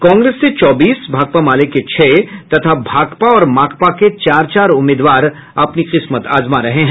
कांग्रेस से चौबीस भाकपा माले के छह तथा भाकपा और माकपा के चार चार उम्मीदवार अपनी किस्मत आजमा रहे हैं